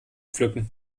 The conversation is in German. pflücken